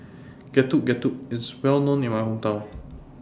Getuk Getuk IS Well known in My Hometown